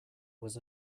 was